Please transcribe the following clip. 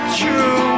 true